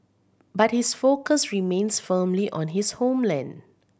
but his focus remains firmly on his homeland